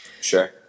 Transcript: Sure